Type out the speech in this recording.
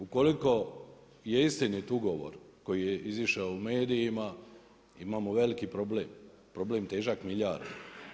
Ukoliko je istinit ugovor koji je izišao u medijima, imamo veliki problem, problem težak milijardu.